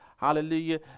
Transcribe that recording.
Hallelujah